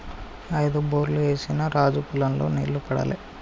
ఐదు బోర్లు ఏసిన రాజు పొలం లో నీళ్లు పడలే